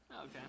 Okay